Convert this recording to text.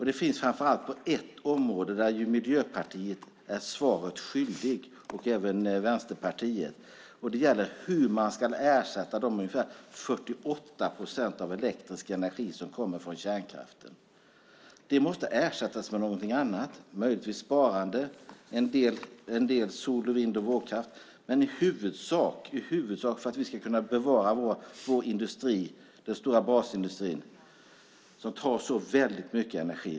Det finns framför allt ett område där Miljöpartiet är svaret skyldigt, liksom Vänsterpartiet. Det gäller hur man ska ersätta de ungefär 48 procent av den elektriska energin som kommer från kärnkraften. De måste ersättas med någonting annat, möjligtvis sparande och en del sol-, vind och vågkraft. Men vad ska de i huvudsak ersättas med i Sverige, för att vi ska kunna bevara vår industri, den stora basindustrin, som tar så väldigt mycket energi?